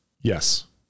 Yes